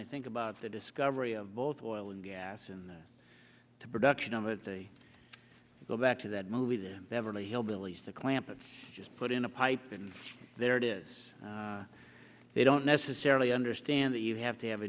they think about the discovery of both oil and gas in the production of it they go back to that movie they never really hillbillies to clamp and just put in a pipe and there it is they don't necessarily understand that you have to have